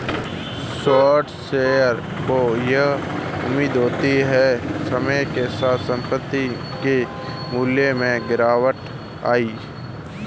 short seller को यह उम्मीद होती है समय के साथ संपत्ति के मूल्य में गिरावट आएगी